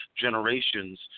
generations